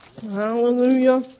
Hallelujah